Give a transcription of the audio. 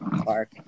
Clark